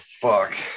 fuck